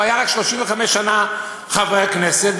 היה רק 35 שנה חבר כנסת,